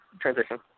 transition